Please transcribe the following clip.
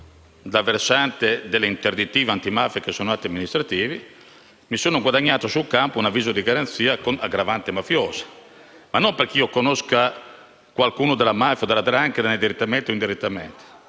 dal versante delle interdittive antimafia, che sono atti amministrativi, mi sono guadagnato sul campo un avviso di garanzia con l'aggravante mafiosa; e questo non perché io conosca qualcuno della mafia o della 'ndrangheta, direttamente o indirettamente,